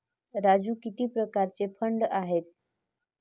राजू किती प्रकारचे फंड आहेत?